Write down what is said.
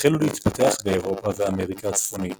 החלו להתפתח באירופה ואמריקה הצפונית